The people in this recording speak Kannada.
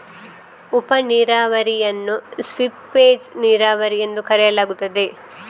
ಉಪ ನೀರಾವರಿಯನ್ನು ಸೀಪೇಜ್ ನೀರಾವರಿ ಎಂದೂ ಕರೆಯಲಾಗುತ್ತದೆ